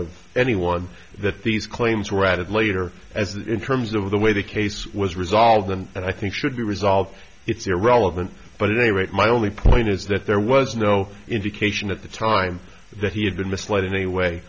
of anyone that these claims were added later as that in terms of the way the case was resolved and i think should be resolved it's irrelevant but in any rate my only point is that there was no indication at the time that he had been misled in any way